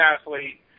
athlete